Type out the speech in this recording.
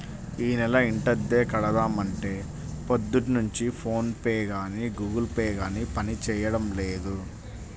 యీ నెల ఇంటద్దె కడదాం అంటే పొద్దున్నుంచి ఫోన్ పే గానీ గుగుల్ పే గానీ పనిజేయడం లేదు